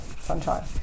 sunshine